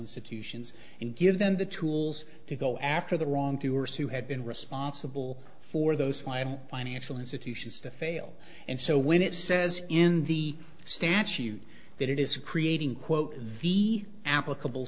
institutions and give them the tools to go after the wrongdoers who had been responsible for those final financial institutions to fail and so when it says in the statute that it is creating quote v applicable